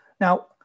Now